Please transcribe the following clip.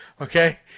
Okay